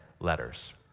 letters